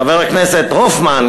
חבר הכנסת הופמן,